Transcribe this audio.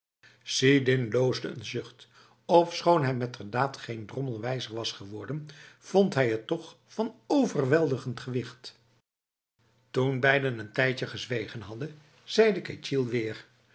sidin loosde een zucht ofschoon hij metterdaad geen drommel wijzer was geworden vond hij het toch van overweldigend gewicht toen beiden een tijdje gezwegen hadden zeide ketjil weer